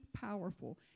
powerful